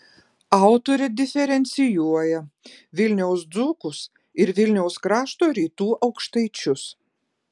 autorė diferencijuoja vilniaus dzūkus ir vilniaus krašto rytų aukštaičius